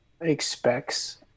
expects